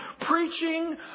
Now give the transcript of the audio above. preaching